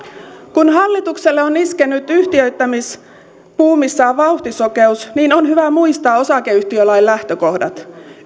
kun hallitukselle on iskenyt yhtiöittämisbuumissaan vauhtisokeus niin on hyvä muistaa osakeyhtiölain lähtökohdat